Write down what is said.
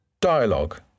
Dialogue